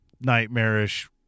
nightmarish